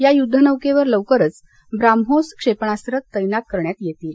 या युद्धनौकेवर लवकरच ब्राह्मोस क्षेपणास्त्र तैनात करण्यात येतील